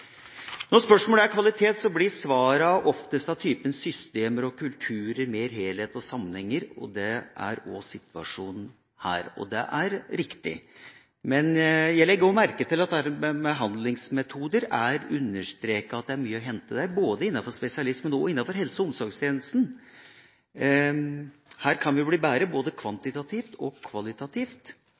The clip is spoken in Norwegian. Når spørsmålet er kvalitet, blir svarene som oftest av typen systemer og kulturer, mer helhet og sammenhenger. Det er også situasjonen her, og det er riktig. Men jeg legger også merke til at en understreker at det er mye å hente innen behandlingsmetoder, innenfor både spesialisttjenester og helse- og omsorgstjenester. Her kan vi bli bedre både kvantitativt og kvalitativt.